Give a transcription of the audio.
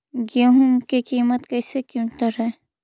गेहू के किमत कैसे क्विंटल है?